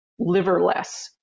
liverless